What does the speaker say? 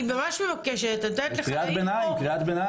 אני ממש מבקשת --- זה קריאת ביניים.